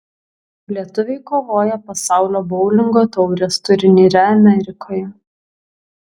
lietuviai kovoja pasaulio boulingo taurės turnyre amerikoje